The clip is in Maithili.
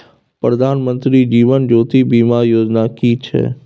प्रधानमंत्री जीवन ज्योति बीमा योजना कि छिए?